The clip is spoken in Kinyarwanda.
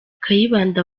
kayibanda